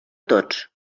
tots